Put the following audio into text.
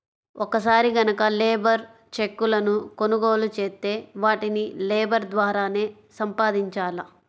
ఒక్కసారి గనక లేబర్ చెక్కులను కొనుగోలు చేత్తే వాటిని లేబర్ ద్వారానే సంపాదించాల